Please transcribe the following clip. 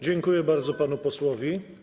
Dziękuję bardzo panu posłowi.